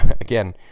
Again